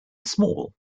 small